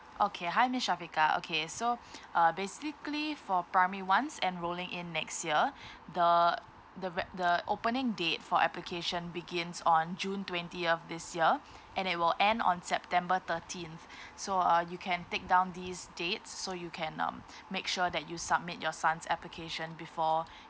okay hi miss shafiqa okay so uh basically for primary ones enrolling in next year the the ra~ the opening date for application begins on june twentieth this year and it will end on september thirteenth so uh you can take down these dates so you can um make sure that you submit your son's application before